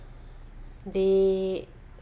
they